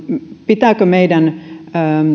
pitääkö meidän